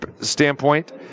standpoint